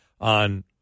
on